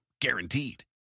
guaranteed